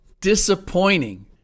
disappointing